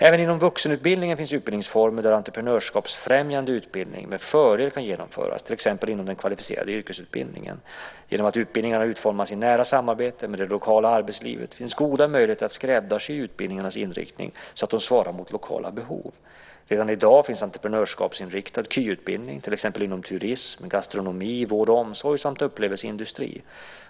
Även inom vuxenutbildningen finns utbildningsformer där entreprenörskapsfrämjande utbildning med fördel kan genomföras, till exempel inom den kvalificerade yrkesutbildningen. Genom att utbildningarna utformas i nära samarbete med det lokala arbetslivet finns goda möjligheter att skräddarsy utbildningarnas inriktning så att de svarar mot lokala behov. Redan i dag finns entreprenörskapsinriktad KY, kvalificerad yrkesutbildning, till exempel inom turism, gastronomi, vård och omsorg samt upplevelseindustri.